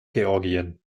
georgien